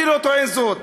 אני לא טוען זאת.